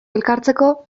elkartzeko